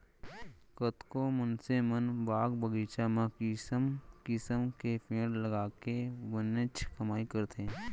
कतको मनसे मन बाग बगीचा म किसम किसम के पेड़ लगाके बनेच कमाई करथे